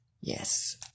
Yes